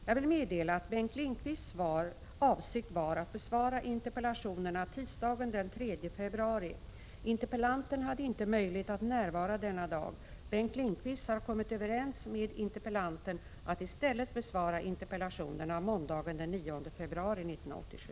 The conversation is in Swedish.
Jag vill meddela att Bengt Lindqvists avsikt var att besvara interpellationerna tisdagen den 3 februari, men interpellanten hade inte möjlighet att närvara den dagen. Bengt Lindqvist har kommit överens med interpellanten att i stället besvara interpellationerna måndagen den 9 februari 1987.